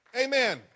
amen